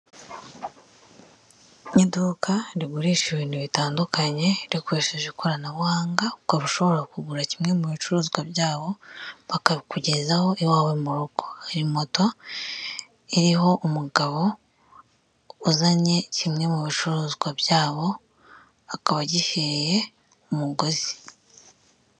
Iduka rigurisha ibintu bitandukanye rikoresheje ikoranabuhanga ukaba bishobora kugura kimwe mu bicuruzwa byabo bakabikugezaho iwawe mu rugo, hari moto iriho umugabo uzanye kimwe mu bicuruzwa byabo akabagiheye umuguzi.